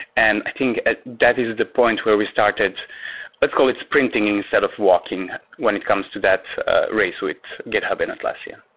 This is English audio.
and i think that is the point where we started let's call it sprinting instead of walking when it comes to that race with github and atlassian.